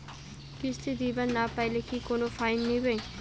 কিস্তি দিবার না পাইলে কি কোনো ফাইন নিবে?